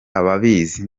ababizi